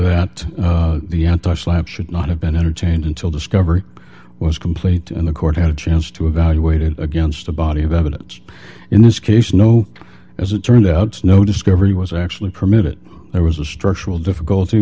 that the anti slapp should not have been entertained until discovery was completed and the court had a chance to evaluate it against a body of evidence in this case no as it turned out snow discovery was actually permitted it was a structural difficulty